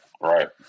right